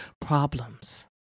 problems